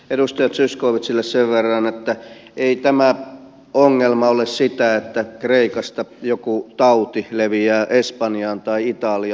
edustaja zyskowiczille sen verran että ei tämä ongelma ole sitä että kreikasta joku tauti leviää espanjaan tai italiaan